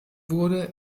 wurde